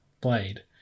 Blade